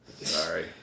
Sorry